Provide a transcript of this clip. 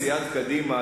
בסיעת קדימה,